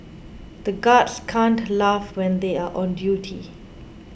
the guards can't laugh when they are on duty